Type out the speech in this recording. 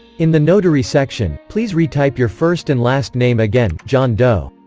in the notary section, please retype your first and last name again john doe